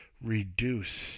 reduce